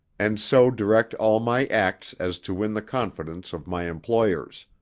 and so direct all my acts as to win the confidence of my employers.